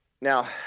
Now